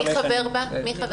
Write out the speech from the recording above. מי חבר בה?